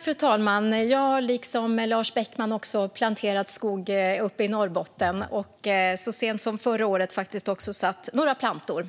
Fru talman! Jag har liksom Lars Beckman planterat skog uppe i Norrbotten. Så sent som förra året satte jag några plantor.